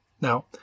Now